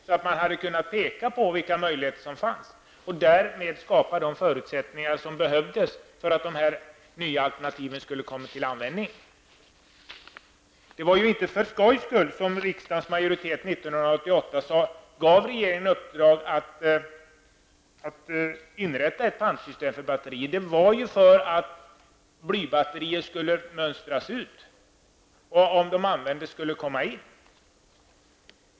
Då hade man kunnat peka på vilka möjligheter som finns och därmed skapa de förutsättningar som behövs för att de alternativa systemen skall kunna användas. Det var ju inte för skojs skull som riksdagsmajoriteten 1988 gav regeringen i uppdrag att inrätta ett pantsystem för batterier -- det var för att blybatterier skulle mönstras ut eller, om de användes, i varje fall lämnas in.